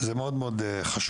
זה מאוד מאוד חשוב,